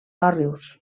òrrius